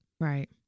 right